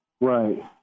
Right